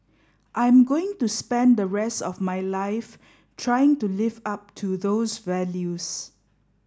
I'm going to spend the rest of my life trying to live up to those values